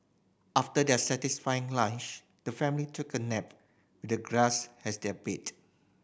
after their satisfying lunch the family took a nap the grass as their bed